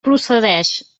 procedeix